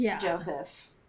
Joseph